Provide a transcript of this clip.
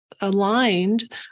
aligned